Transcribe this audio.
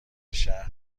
شهر